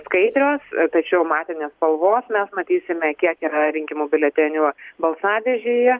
skaidrios tačiau matinės spalvos mes matysime kiek yra rinkimų biuletenių balsadėžėje